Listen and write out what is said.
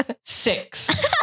six